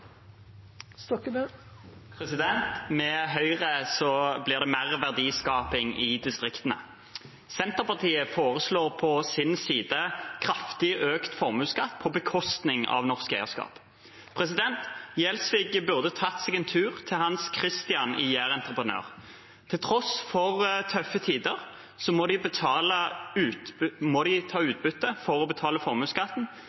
mer verdiskaping i distriktene. Senterpartiet foreslår på sin side kraftig økt formuesskatt på bekostning av norsk eierskap. Representanten Gjelsvik burde tatt seg til en tur til Hans Kristian i Jærentreprenør. Til tross for tøffe tider må de ta utbytte for å betale formuesskatten. De må